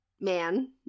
man